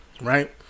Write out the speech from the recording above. right